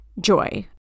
joy